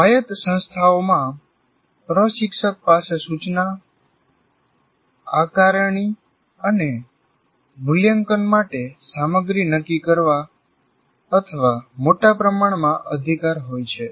સ્વાયત્ત સંસ્થાઓમાં પ્રશિક્ષક પાસે સૂચના આકારણી અને મૂલ્યાંકન માટે સામગ્રી નક્કી કરવા અથવા મોટા પ્રમાણમાં અધિકાર હોય છે